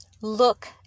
look